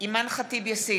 אימאן ח'טיב יאסין,